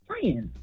friends